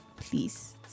Please